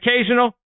occasional